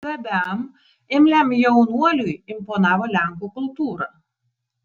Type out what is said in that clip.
gabiam imliam jaunuoliui imponavo lenkų kultūra